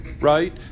right